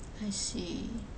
I see